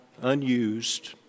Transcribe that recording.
unused